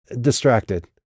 distracted